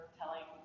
telling